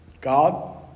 God